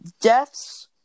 deaths